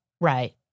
Right